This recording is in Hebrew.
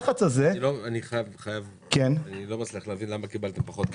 אני לא מצליח להבין למה קיבלתם פחות כסף.